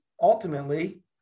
ultimately